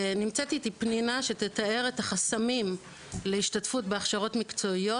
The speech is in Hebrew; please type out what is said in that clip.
נמצאת איתי פנינה שתתאר את החסמים להשתתפות בהכשרות מקצועיות,